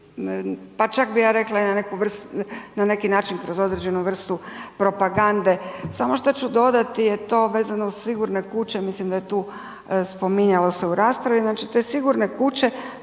na neku vrstu, na neki način kroz određenu vrstu propagande, samo što ću dodati je to vezano uz sigurne kuće, mislim da je tu spominjalo se u raspravi, znači te sigurne kuće